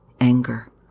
anger